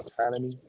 Autonomy